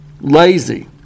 lazy